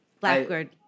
Blackbird